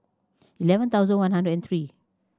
eleven thousand one hundred and three